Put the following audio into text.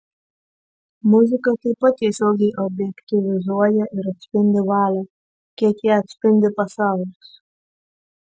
muzika taip pat tiesiogiai objektyvizuoja ir atspindi valią kiek ją atspindi pasaulis